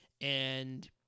and-